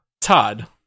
Todd